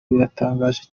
biratangaje